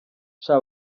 sha